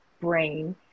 brain